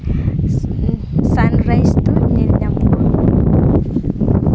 ᱥᱟᱱᱨᱟᱭᱤᱥ ᱫᱚ ᱧᱮᱞ ᱧᱟᱢᱚᱜᱼᱟ